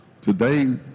Today